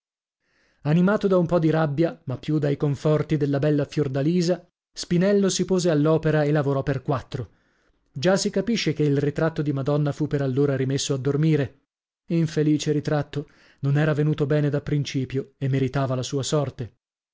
animato da un po di rabbia ma più dai conforti della bella fiordalisa spinello si pose all'opera e lavorò per quattro già si capisce che il ritratto di madonna fu per allora rimesso a dormire infelice ritratto non era venuto bene da principio e meritava la sua sorte